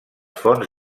fonts